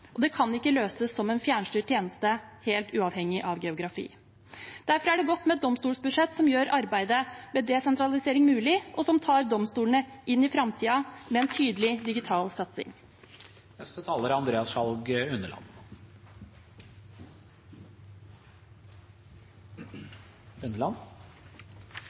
Det kan ikke løses som en fjernstyrt tjeneste helt uavhengig av geografi. Derfor er det godt med et domstolsbudsjett som gjør arbeidet med desentralisering mulig, og som tar domstolene inn i framtiden med en tydelig digital